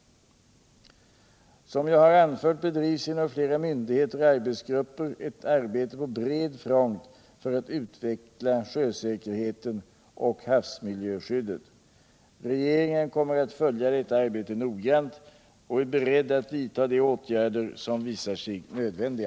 Som jag har anfört bedrivs inom flera myndigheter och arbetsgrupper ett arbete på bred front för att utveckla sjösäkerheten och havsmiljöskyddet. Regeringen kommer att följa detta arbete noggrant och är beredd att vidta de åtgärder som visar sig nödvändiga.